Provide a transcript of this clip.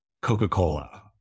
Coca-Cola